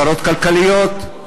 צרות כלכליות,